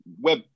web